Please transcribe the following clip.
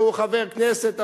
והוא חבר כנסת עכשיו,